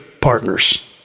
partners